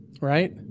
Right